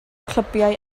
clybiau